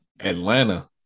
Atlanta